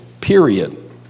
period